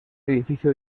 edificio